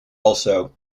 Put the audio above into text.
also